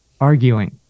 arguing